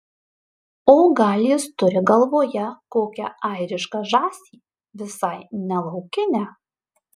o gal jis turi galvoje kokią airišką žąsį visai ne laukinę